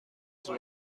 ظهر